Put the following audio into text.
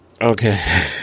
okay